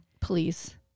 Please